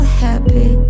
happy